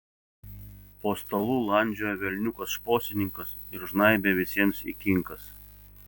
po stalu landžiojo velniukas šposininkas ir žnaibė visiems į kinkas